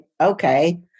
okay